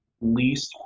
least